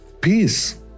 peace